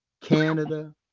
Canada